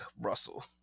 Russell